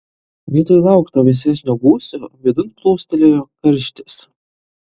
vietoj laukto vėsesnio gūsio vidun plūstelėjo karštis